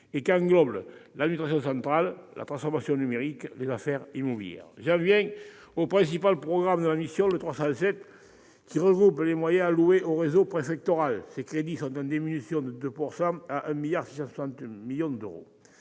et qui englobe l'administration centrale, la transformation numérique et les affaires immobilières. J'en viens au principal programme de la mission, le programme 307, qui regroupe les moyens alloués au réseau préfectoral. Ses crédits sont en diminution de 2 %, à 1,66 milliard d'euros.